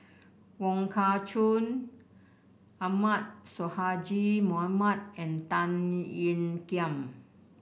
Wong Kah Chun Ahmad Sonhadji Mohamad and Tan Ean Kiam